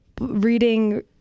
reading